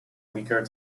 weaker